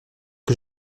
que